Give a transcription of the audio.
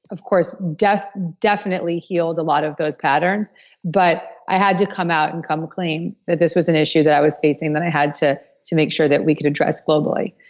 of course, definitely healed a lot of those patterns but i had to come out and come clean that this was an issue that i was facing that i had to to make sure that we could address globally.